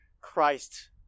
Christ